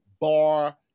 bar